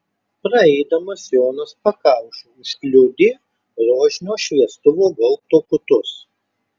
praeidamas jonas pakaušiu užkliudė rožinio šviestuvo gaubto kutus